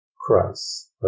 Christ